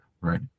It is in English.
Right